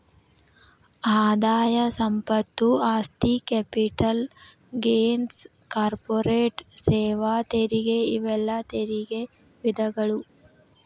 ಆದಾಯ ಸಂಪತ್ತು ಆಸ್ತಿ ಕ್ಯಾಪಿಟಲ್ ಗೇನ್ಸ್ ಕಾರ್ಪೊರೇಟ್ ಸೇವಾ ತೆರಿಗೆ ಇವೆಲ್ಲಾ ತೆರಿಗೆ ವಿಧಗಳು